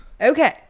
Okay